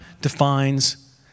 defines